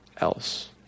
else